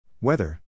Weather